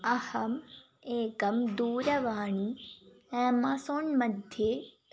अहम् एकं दूरवाणी एमेज़ोन् मध्ये